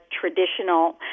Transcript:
traditional